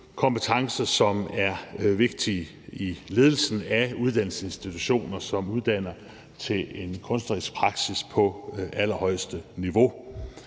kompetencer, som er vigtige i ledelsen af uddannelsesinstitutioner, som uddanner til en kunstnerisk praksis på allerhøjeste niveau.